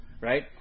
right